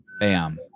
bam